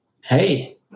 hey